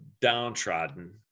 downtrodden